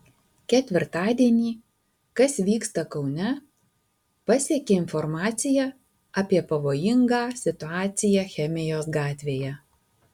ketvirtadienį kas vyksta kaune pasiekė informacija apie pavojingą situaciją chemijos gatvėje